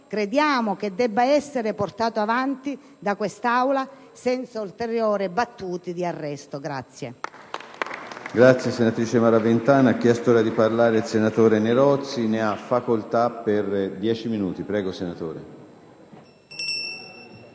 crediamo che esso debba essere portato avanti da quest'Aula senza ulteriori battute d'arresto.